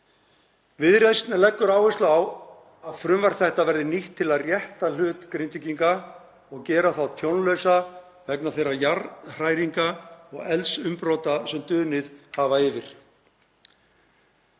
Viðreisn leggur áherslu á að frumvarp þetta verði nýtt til að rétta hlut Grindvíkinga og gera þá tjónlausa vegna þeirra jarðhræringa og eldsumbrota sem dunið hafa yfir.